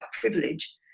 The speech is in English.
privilege